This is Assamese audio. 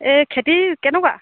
এই খেতি কেনেকুৱা